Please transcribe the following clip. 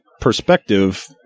perspective